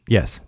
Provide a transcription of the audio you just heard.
Yes